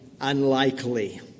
unlikely